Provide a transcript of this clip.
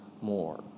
more